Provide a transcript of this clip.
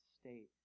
state